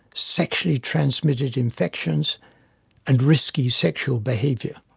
sexually transmitted infections and risky sexual behaviour.